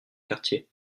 quartiers